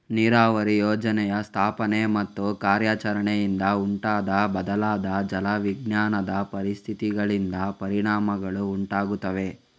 ನೀರಾವರಿ ಯೋಜನೆಯ ಸ್ಥಾಪನೆ ಮತ್ತು ಕಾರ್ಯಾಚರಣೆಯಿಂದ ಉಂಟಾದ ಬದಲಾದ ಜಲ ವಿಜ್ಞಾನದ ಪರಿಸ್ಥಿತಿಗಳಿಂದ ಪರಿಣಾಮಗಳು ಉಂಟಾಗುತ್ತವೆ